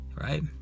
right